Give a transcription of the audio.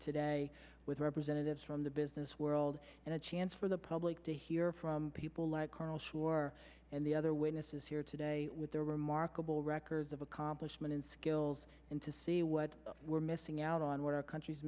today with representatives from the business world and a chance for the public to hear from people like carl shore and the other witnesses here today markable record of accomplishment and skills and to see what we're missing out on what our country's